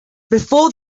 before